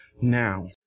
now